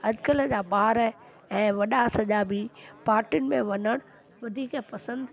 अॾकल्ह जा ॿार ऐं वॾा सॼा बि पाटीयुनि में वञण वधीक पसंदि